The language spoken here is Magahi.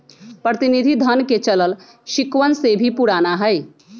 प्रतिनिधि धन के चलन सिक्कवन से भी पुराना हई